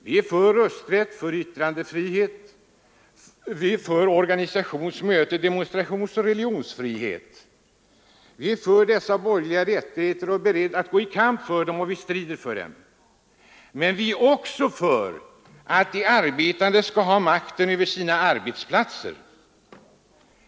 Vi är för rösträtt, vi är för yttrandefrihet, vi är för organisations-, mötes-, demonstrationsoch religionsfrihet. Vi är för dessa medborgerliga rättigheter, vi är beredda att gå till kamp för dem och vi strider för dem. Men vi är också för att de arbetande skall ha makten över sina arbetsplatser.